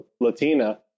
Latina